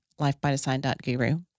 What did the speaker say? lifebydesign.guru